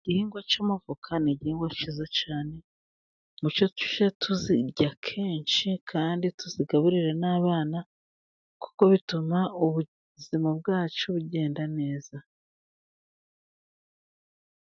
Igihingwa cy'amavoka ni igihingwa cyiza cyane, muce tujye tuzirya kenshi kandi tuzigaburire n'abana kuko bituma ubuzima bwacu bugenda neza.